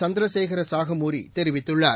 சந்திரசேகரசாஹமூரி தெரிவித்துள்ளார்